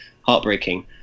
heartbreaking